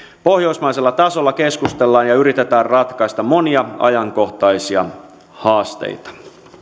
pohjoismaisella tasolla keskustellaan ja yritetään ratkaista monia ajankohtaisia haasteita